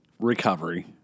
recovery